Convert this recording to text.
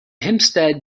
hempstead